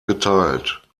geteilt